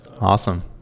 Awesome